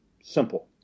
simple